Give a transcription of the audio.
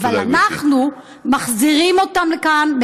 אבל אנחנו מחזירים אותם לכאן,